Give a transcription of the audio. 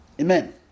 Amen